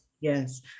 Yes